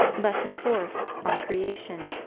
lesson fourth on creation